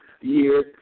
year